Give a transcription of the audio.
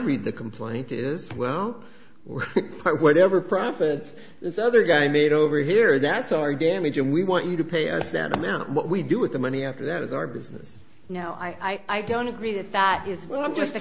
read the complaint is well whatever profits this other guy made over here that's our damage and we want you to pay us then and now what we do with the money after that is our business no i don't agree that that is well just